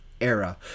era